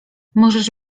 możesz